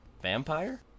vampire